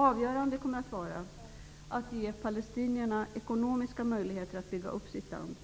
Avgörande kommer att vara att palestinerna skall ges ekonomiska möjligheter att bygga upp sitt land.